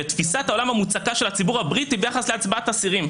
ותפיסת העולם המוצקה של הציבור הבריטי ביחס להצבעת אסירים.